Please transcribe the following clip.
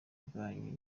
rwanyu